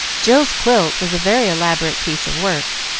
jill's quilt was a very elaborate piece of work,